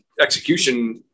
execution